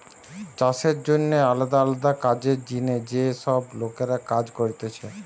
চাষের জন্যে আলদা আলদা কাজের জিনে যে সব লোকরা কাজ করতিছে